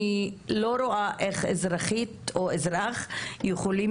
אני לא רואה איך אזרחית או אזרח יכולים